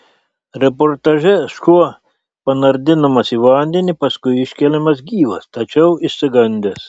reportaže šuo panardinamas į vandenį paskui iškeliamas gyvas tačiau išsigandęs